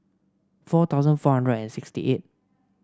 four thousand four and sixty eight